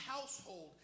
household